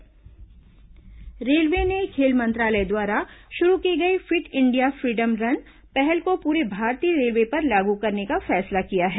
fit India railway railway ने खेल मंत्रालय द्वारा शुरू की गई fit India freedom run पहल को पूरे भारतीय रेलवे पर लागू करने का फैसला किया है